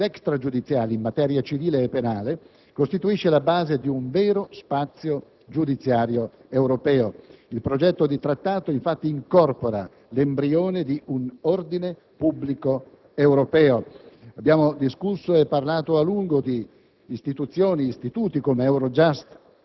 Il principio del mutuo riconoscimento delle decisioni giudiziali ed extragiudiziali in materia civile e penale costituisce la base di un vero spazio giudiziario europeo. Il progetto di Trattato, infatti, incorpora l'embrione di un ordine pubblico europeo.